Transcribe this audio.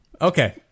Okay